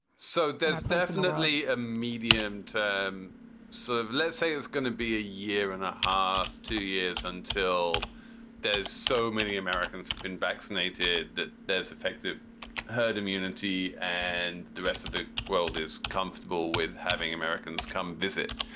so there's definitely a medium to um serve. let's say it's gonna be a year and a half, two years until there's so many americans have been vaccinated that there's effective herd immunity and the rest of the world is comfortable with having americans come visit.